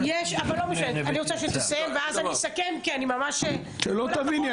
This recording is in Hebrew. אני רוצה שתסיים ואז אני אסכם --- שלא תביני,